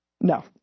No